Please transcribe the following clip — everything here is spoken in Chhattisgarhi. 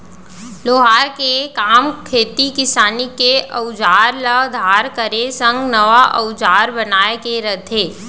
लोहार के काम खेती किसानी के अउजार ल धार करे संग नवा अउजार बनाए के रथे